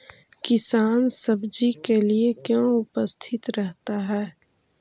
किसान सब्जी के लिए क्यों उपस्थित रहता है?